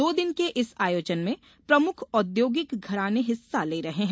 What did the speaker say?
दो दिन के इस आयोजन में प्रमुख औद्योगिक घराने हिस्सा ले रहे है